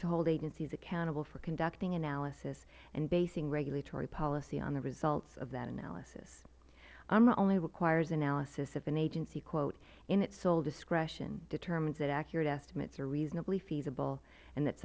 to hold agencies accountable for conducting analysis and basing regulatory policy on the results of that analysis umra only requires analysis if an agency in its sole discretion determines that accurate estimates are reasonably feasible and